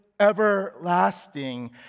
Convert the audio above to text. everlasting